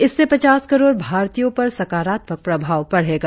इससे पचास करोड़ भारतीयों पर सकारात्मक प्रभाव पड़ेगा